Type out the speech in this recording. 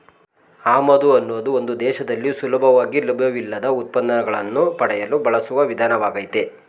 ಆಮದು ಅನ್ನೋದು ಒಂದು ದೇಶದಲ್ಲಿ ಸುಲಭವಾಗಿ ಲಭ್ಯವಿಲ್ಲದ ಉತ್ಪನ್ನಗಳನ್ನು ಪಡೆಯಲು ಬಳಸುವ ವಿಧಾನವಾಗಯ್ತೆ